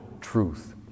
truth